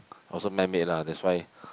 also man made lah that's why